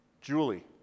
Julie